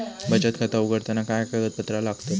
बचत खाता उघडताना काय कागदपत्रा लागतत?